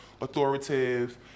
authoritative